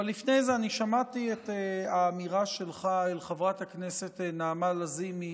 אבל לפני זה אני שמעתי את האמירה שלך אל חברת הכנסת נעמה לזימי,